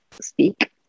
speak